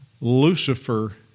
Lucifer